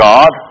God